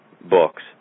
books